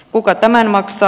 kuka tämän maksaa